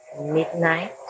Midnight